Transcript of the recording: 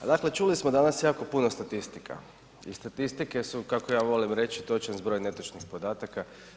Dakle čuli smo danas jako puno statistika i statistike su kako ja volim točan zbroj netočnih podataka.